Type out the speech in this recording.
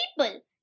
People